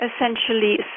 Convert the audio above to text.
essentially